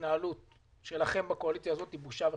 ההתנהלות שלכם בקואליציה הזאת היא בושה וחרפה,